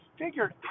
figured